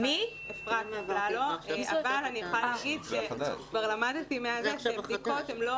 אבל אני יכולה להגיד שכבר למדתי שבדיקות הן לא